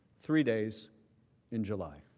three days in july.